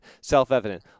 self-evident